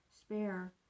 Spare